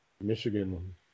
Michigan